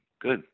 Good